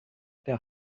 der